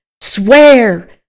swear